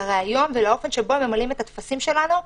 לראיון ולאופן שבו הם ממלאים את הטפסים שלנו.